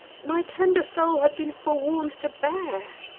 my tender soul had been forewarn'd to bear.